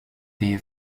des